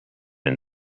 and